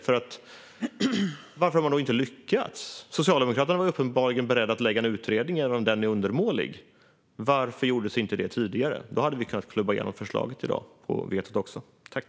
Varför har man inte lyckats? Socialdemokraterna har uppenbarligen varit beredda att lägga fram ett förslag från en utredning, även om den var undermålig. Varför gjordes inte det tidigare? Då hade vi kunnat klubba igenom förslaget i dag och också ändrat vetot.